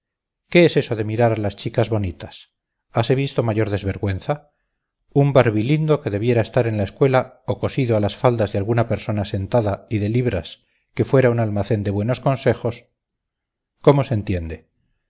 qué es eso de mirar a las chicas bonitas hase visto mayor desvergüenza un barbilindo que debiera estar en la escuela o cosido a las faldas de alguna persona sentada y de libras que fuera un almacén de buenos consejos cómo se entiende